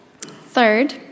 Third